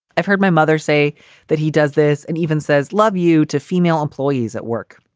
i've heard my mother say that he does this and even says love you to female employees at work.